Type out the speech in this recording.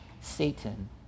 Satan